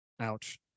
Ouch